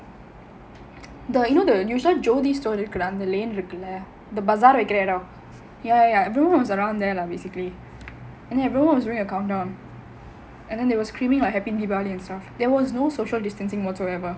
the you know the Jothi store இருக்குடா அந்த:irukkudaa antha lane இருக்குல்ல:irukkulla ya ya everyone was around there lah basically then everyone was doing a countdown and then there were screaming like happy diwali and stuff there was no social distancing whatsoever